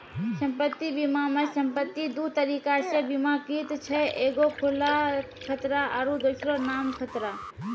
सम्पति बीमा मे सम्पति दु तरिका से बीमाकृत छै एगो खुला खतरा आरु दोसरो नाम खतरा